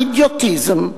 אידיוטיזם.